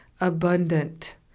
abundant